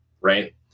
right